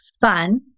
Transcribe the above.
fun